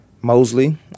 Mosley